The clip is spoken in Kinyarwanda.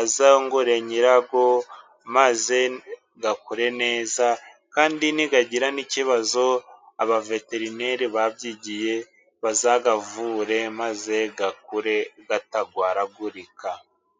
azungure nyirayo ,maze akure neza kandi nagira ikibazo abaveterineri babyigiye bazayavure maze akure atarwaragurika.